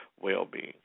well-being